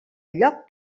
lloc